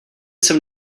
jsem